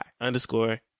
underscore